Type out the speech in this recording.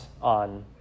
on